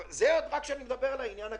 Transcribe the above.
זה עוד רק כשאני מדבר על העניין הכספי.